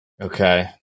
okay